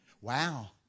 Wow